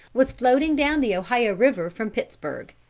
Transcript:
was floating down the ohio river from pittsburgh.